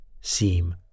seem